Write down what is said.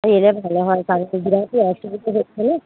এলে ভালো হয় কালকে কি